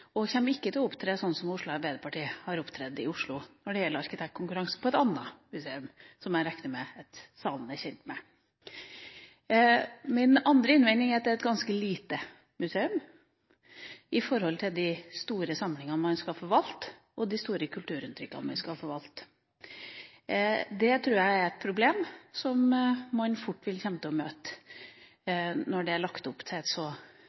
ikke til å opptre sånn som Oslo Arbeiderparti har opptrådt i Oslo når det gjelder arkitektkonkurransen for et annet museum, som jeg regner med at salen er kjent med. Min andre innvending er at det er et ganske lite museum i forhold til de store samlingene og de store kulturuttrykkene man skal forvalte. Det tror jeg er et problem som man fort vil komme til å møte, i hvert fall når det er lagt opp til en så